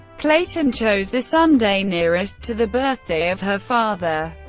clayton chose the sunday nearest to the birthday of her father,